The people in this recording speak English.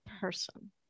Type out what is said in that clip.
person